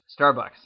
Starbucks